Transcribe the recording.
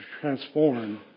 transform